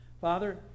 Father